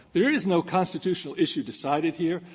there is no constitutional issue decided here,